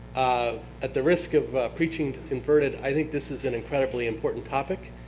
ah at the risk of preaching the converted, i think this is an incredibly important topic.